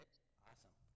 Awesome